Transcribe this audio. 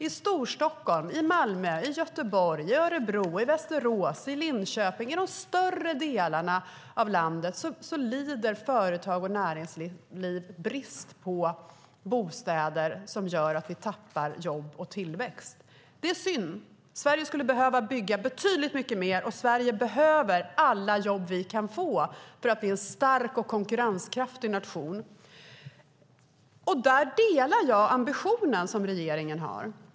I Storstockholm, i Malmö, i Göteborg, i Örebro, i Västerås, i Linköping och i stora delar av landet lider företag och näringsliv av att det är brist på bostäder, som gör att vi tappar jobb och tillväxt. Det är synd. Sverige skulle behöva bygga betydligt mycket mer, och vi i Sverige behöver alla jobb vi kan få för att Sverige ska bli en stark och konkurrenskraftig nation. Där delar jag ambitionen som regeringen har.